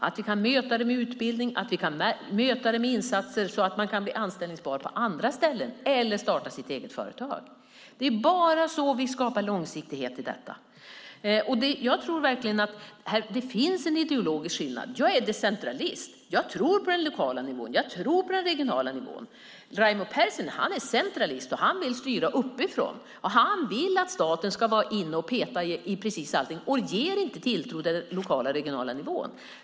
Vi behöver möta det med utbildning och insatser så att människor kan bli anställningsbara på andra ställen eller kan starta egna företag. Det är bara så vi skapar långsiktighet i detta. Jag tror verkligen att det finns en ideologisk skillnad. Jag är decentralist. Jag tror på den lokala och regionala nivån. Raimo Pärssinen är centralist. Han vill styra uppifrån. Han vill att staten ska vara inne och peta i precis allting och har inte tilltro till den lokala och regionala nivån.